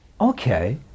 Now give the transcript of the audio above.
Okay